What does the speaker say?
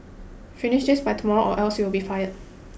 finish this by tomorrow or else you'll be fired